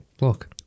Look